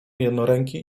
jednoręki